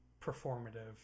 performative